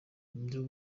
iyo